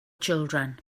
children